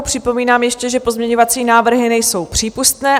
Připomínám ještě, že pozměňovací návrhy nejsou přípustné.